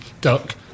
duck